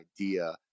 idea